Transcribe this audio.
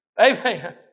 Amen